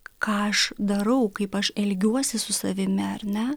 ką aš darau kaip aš elgiuosi su savimi ar ne